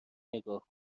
نگاه